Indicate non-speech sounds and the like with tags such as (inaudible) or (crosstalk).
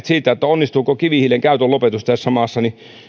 (unintelligible) siitä onnistuuko kivihiilen käytön lopetus tässä maassa